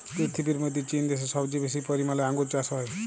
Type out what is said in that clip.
পীরথিবীর মধ্যে চীন দ্যাশে সবচেয়ে বেশি পরিমালে আঙ্গুর চাস হ্যয়